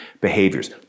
behaviors